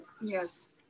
Yes